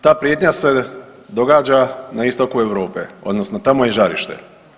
Ta prijetnja se događa na istoku Europe, odnosno tamo je žarište.